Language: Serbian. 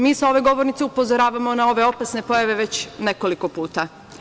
Mi sa ove govornice upozoravamo na ove opasne pojave već nekoliko puta.